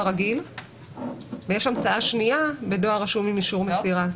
רגיל ויש המצאה שנייה בדואר רשום עם אישור מסירה.